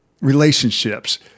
relationships